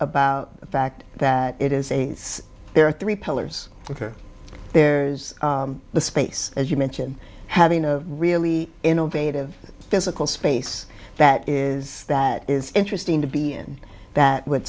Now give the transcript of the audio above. about the fact that it is a there are three pillars there's the space as you mention having a really innovative physical space that is that is interesting to be in that w